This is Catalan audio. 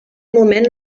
moment